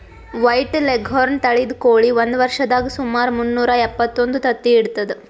white leghorn ತಳಿದ್ ಕೋಳಿ ಒಂದ್ ವರ್ಷದಾಗ್ ಸುಮಾರ್ ಮುನ್ನೂರಾ ಎಪ್ಪತ್ತೊಂದು ತತ್ತಿ ಇಡ್ತದ್